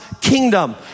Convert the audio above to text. kingdom